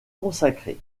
consacré